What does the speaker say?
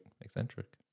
eccentric